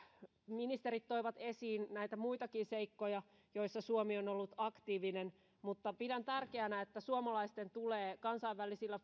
ministerit toivat esiin näitä muitakin seikkoja joissa suomi on ollut aktiivinen mutta pidän tärkeänä että suomalaisten tulee kansainvälisillä